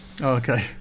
okay